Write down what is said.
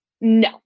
no